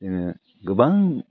जोङो गोबां